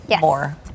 more